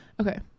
okay